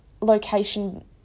location